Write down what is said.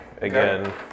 again